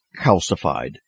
calcified